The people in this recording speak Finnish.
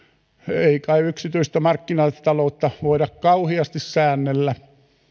ei kai yksityistä markkinataloutta voida kauheasti säännellä